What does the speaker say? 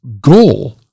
goal